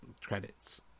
credits